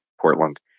Portland